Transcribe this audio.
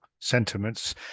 sentiments